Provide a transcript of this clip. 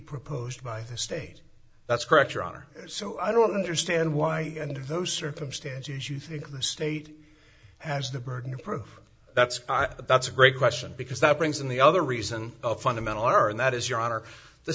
proposed by the state that's correct your honor so i don't understand why under those circumstances you think the state has the burden of proof that's that's a great question because that brings in the other reason of fundamental are and that is your honor the